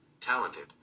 talented